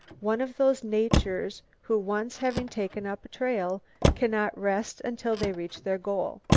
one of those natures who once having taken up a trail cannot rest until they reach their goal.